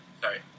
Sorry